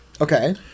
Okay